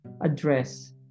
address